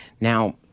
Now